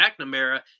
McNamara